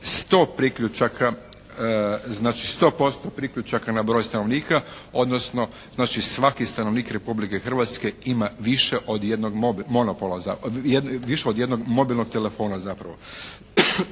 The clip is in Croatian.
100% priključaka na broj stanovnika odnosno znači svaki stanovnik Republike Hrvatske ima više od jednog monopola, više od